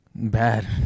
bad